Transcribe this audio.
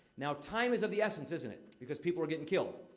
now, time is of the essence, isn't it? because people are getting killed.